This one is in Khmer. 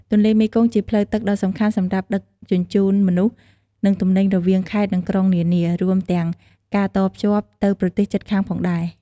ទន្លេមេគង្គជាផ្លូវទឹកដ៏សំខាន់សម្រាប់ដឹកជញ្ជូនមនុស្ស និងទំនិញរវាងខេត្តនិងក្រុងនានា រួមទាំងការតភ្ជាប់ទៅប្រទេសជិតខាងផងដែរ។